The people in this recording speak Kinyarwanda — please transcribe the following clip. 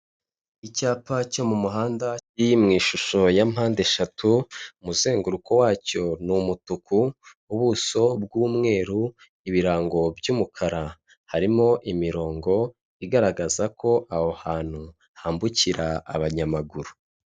Icyapa cyo mu muhanda kiri mu ishusho ya mpandeshatu, umuzenguruko wacyo ni umutuku, ubuso bw'umweru, ibirango by'umukara, harimo imirongo igaragaza ko aho hantu hambukira abanyamaguru.